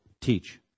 teach